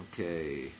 Okay